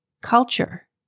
Culture